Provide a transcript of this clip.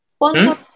Sponsor